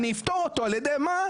אני אפתור אותו על ידי מה?